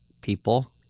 people